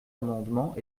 amendement